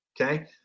okay